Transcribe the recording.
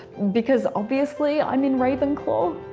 because obviously i'm in ravenclaw.